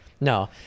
No